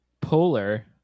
polar